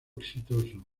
exitoso